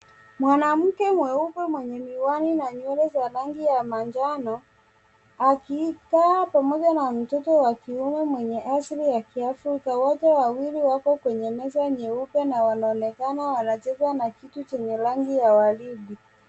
Mwanamke mweupe mwenye miwani na nywele za rangi ya manjano akikaa pamoja na mtoto wa kiume mwenye asili ya kiafrika wote wako kwenye meza nyeupe na wanaonekana wanacheza na kitu chenye rangi ya waridi.